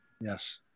Yes